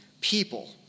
people